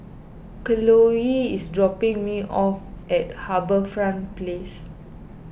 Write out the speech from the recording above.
Chloie is dropping me off at HarbourFront Place